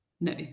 No